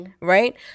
right